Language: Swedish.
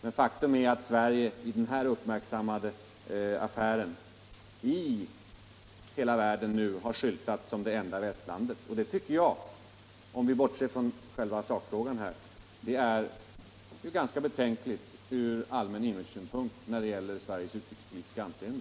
Men faktum är att Sverige i den här uppmärksammade affären i hela världen har skyltat som det enda västland som röstat för PLO. Om vi bortser från själva sakfrågan tycker jag att detta är ganska betänkligt ur allmän imagesynpunkt när det gäller Sveriges utrikespolitiska anseende.